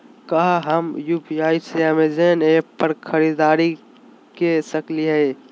का हम यू.पी.आई से अमेजन ऐप पर खरीदारी के सकली हई?